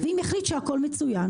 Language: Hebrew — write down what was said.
אם הוא יחליט שהכול מצוין,